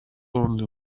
only